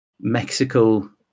Mexico